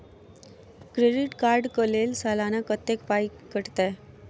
Credit card कऽ लेल सलाना कत्तेक पाई कटतै?